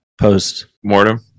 post-mortem